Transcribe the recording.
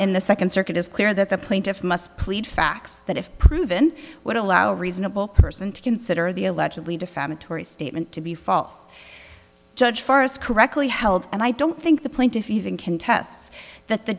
in the second circuit is clear that the plaintiff must plead facts that if proven would allow a reasonable person to consider the allegedly defamatory statement to be false judge forest correctly held and i don't think the plaintiff you can contest that the